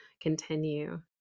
continue